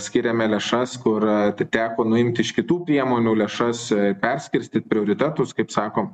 skiriame lėšas kur teko nuimti iš kitų priemonių lėšas perskirstyt prioritetus kaip sakom